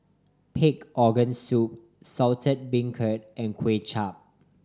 pig organ soup Saltish Beancurd and Kuay Chap